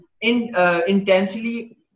intentionally